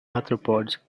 arthropods